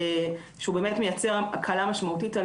שהוא באמת מייצר הקלה משמעותית על